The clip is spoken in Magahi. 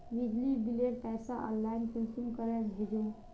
बिजली बिलेर पैसा ऑनलाइन कुंसम करे भेजुम?